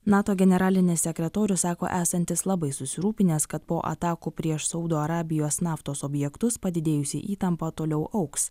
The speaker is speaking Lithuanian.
nato generalinis sekretorius sako esantis labai susirūpinęs kad po atakų prieš saudo arabijos naftos objektus padidėjusi įtampa toliau augs